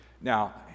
Now